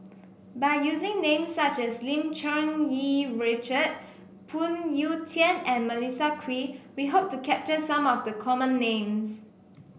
by using names such as Lim Cherng Yih Richard Phoon Yew Tien and Melissa Kwee we hope to capture some of the common names